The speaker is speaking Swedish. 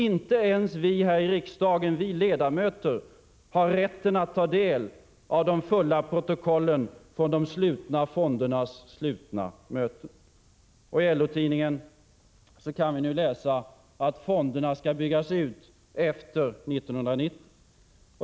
Icke ens vi ledamöter här i riksdagen har rätten att ta del av de fullständiga protokollen från de slutna fondernas slutna möten. I LO-tidningen kan vi nu läsa, att fonderna skall byggas ut efter 1990.